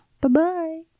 Bye-bye